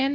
N